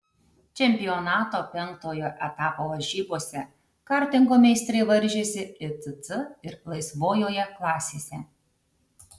čempionato penktojo etapo varžybose kartingo meistrai varžėsi icc ir laisvojoje klasėse